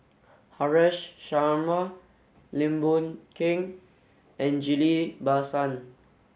Haresh Sharma Lim Boon Keng and Ghillie Basan